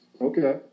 Okay